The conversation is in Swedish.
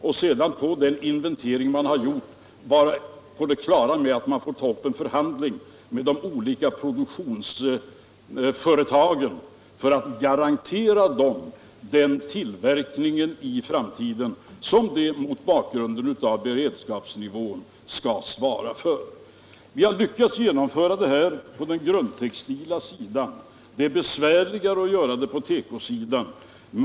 Efter den inventeringen får man ta upp en förhandling med de olika produktionsföretagen för att garantera dem den tillverkning i framtiden som de mot bakgrund av beredskapsnivån skall svara för. 163 Vi har lyckats genomföra detta på den grundtextila sidan. Det är besvärligare på tekosidan.